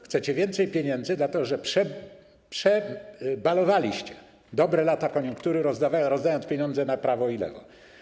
Chcecie więcej pieniędzy, dlatego że przebalowaliście dobre lata koniunktury, rozdając pieniądze na prawo i lewo.